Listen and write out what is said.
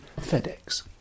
FedEx